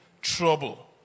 trouble